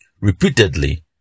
repeatedly